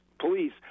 police